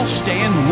stand